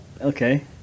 Okay